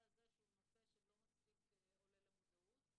הזה שהוא נושא שלא מספיק עולה למודעות.